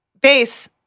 Base